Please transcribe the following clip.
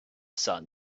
sun